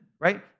right